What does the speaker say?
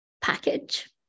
package